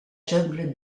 jungle